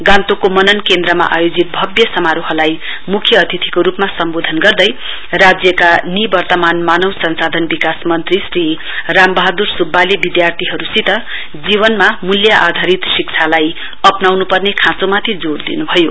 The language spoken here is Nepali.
गान्तोकको मनन केन्द्रमा आयोजित भव्य समारोहलाई मुख्य अतिथिको रूपमा सम्बोधन गर्दै राज्यका निवर्तमान मानव संसाधन विकास मंत्री श्री राम बहाद्र सुब्बाले विद्यार्थीहरूसित जीवनमा मूल्य आधारित शिक्षालाई अप्नाउनुपर्ने खाँचोमाथि जोड़ दिनुभयो